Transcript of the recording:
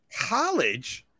college